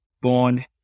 born